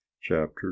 chapter